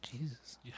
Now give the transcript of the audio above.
Jesus